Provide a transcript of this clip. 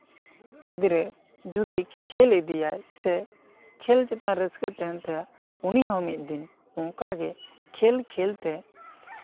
ᱜᱤᱫᱽᱨᱟᱹ ᱡᱩᱫᱤ ᱠᱷᱮᱞ ᱤᱫᱤᱭᱟᱭ ᱥᱮ ᱠᱷᱮᱞ ᱪᱮᱛᱟᱱ ᱨᱟᱹᱥᱠᱟᱹ ᱛᱟᱦᱮᱱ ᱛᱟᱭᱟ ᱩᱱᱤᱦᱚᱸ ᱢᱤᱫ ᱫᱤᱱ ᱚᱱᱠᱟ ᱜᱮ ᱠᱷᱮᱞ ᱠᱷᱮᱞᱛᱮ